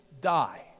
die